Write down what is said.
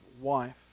wife